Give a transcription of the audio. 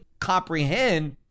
comprehend